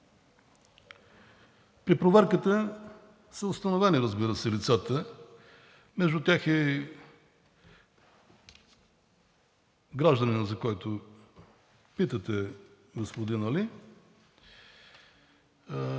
При проверката са установени, разбира се, лицата, между тях е и гражданинът, за когото питате, господин Али,